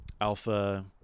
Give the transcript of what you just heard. alpha